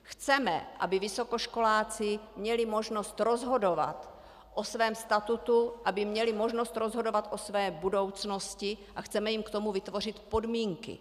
Chceme, aby vysokoškoláci měli možnost rozhodovat o svém statutu, aby měli možnost rozhodovat o své budoucnosti, a chceme jim k tomu vytvořit podmínky.